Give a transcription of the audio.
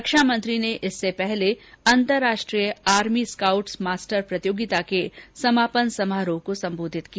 रक्षामंत्री ने इससे पहले अंतर्राष्ट्रीय आर्मी स्काउटस मास्टर प्रतियोगिता के समापन समारोह को सम्बोधित किया